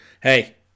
hey